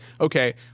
okay